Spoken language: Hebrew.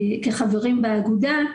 כחברים באגודה.